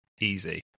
Easy